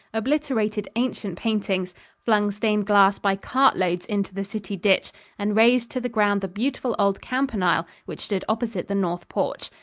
obliterated ancient paintings flung stained glass by cart loads into the city ditch and razed to the ground the beautiful old campanile which stood opposite the north porch.